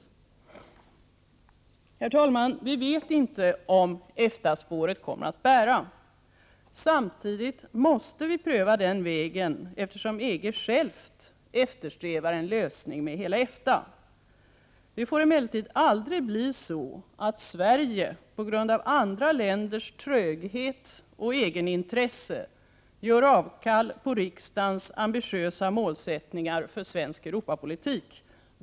Herr talman! Vi vet inte om EFTA-spåret kommer att bära. Samtidigt Prot. 1988/89:129 måste vi pröva den vägen, eftersom EG själv eftersträvar en lösning med hela EFTA. Det får emellertid aldrig bli så att Sverige på grund av andra länders tröghet och egenintresse gör avkall på riksdagens ambitiösa målsättningar för svensk Europapolitik.